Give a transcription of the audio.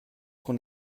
qu’on